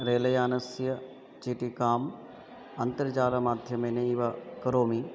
rail यानस्य चीटिकाम् अन्तर्जालमाध्यमेनैव करोमि